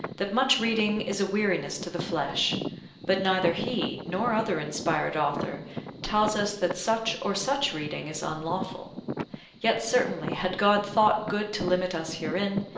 that much reading is a weariness to the flesh but neither he nor other inspired author tells us that such or such reading is unlawful yet certainly had god thought good to limit us herein,